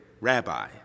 Rabbi